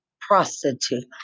prostitute